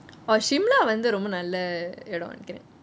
oh shimla வந்து ரொம்ப நல்ல இடம் நினைக்குறேன்:vanthu rombe nalla idem ninaikuren